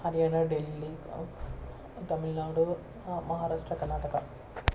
Haryana Delhi Tamil Nadu Maharashtra Karnataka